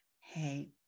Hey